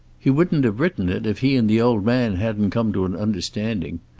he wouldn't have written it if he and the old man hadn't come to an understanding.